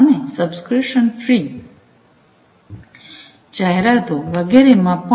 અને સબ્સ્ક્રીપ્શન ફીજાહેરાતો વગેરેમાં પણ